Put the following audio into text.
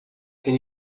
can